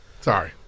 Sorry